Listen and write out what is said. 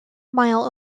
mile